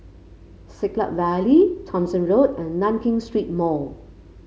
Siglap Valley Thomson Road and Nankin Street Mall